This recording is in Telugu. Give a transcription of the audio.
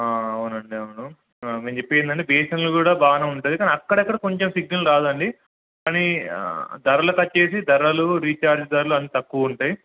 అవునండి అవును మేము చెప్పేది ఏంటంటే బిఎస్ఎన్ఎల్ కూడా బాగానే ఉంటుంది కానీ అక్కడక్కడ కొంచెం సిగ్నల్ రాదండి కానీ ధరలకి వచ్చేసి ధరలు రీఛార్జ్ ధరలు అంత తక్కువ ఉంటాయ్